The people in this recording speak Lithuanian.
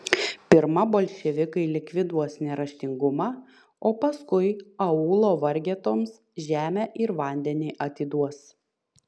pirma bolševikai likviduos neraštingumą o paskui aūlo vargetoms žemę ir vandenį atiduos